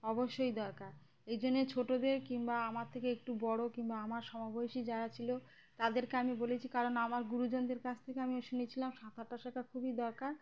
অবশ্যই দরকার এই জন্যে ছোটদের কিংবা আমার থেকে একটু বড় কিংবা আমার সমবয়সী যারা ছিল তাদেরকে আমি বলেছি কারণ আমার গুরুজনদের কাছ থেকে আমিও শুনেছিলাম সাঁতারটা শাখা খুবই দরকার